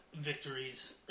victories